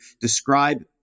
describe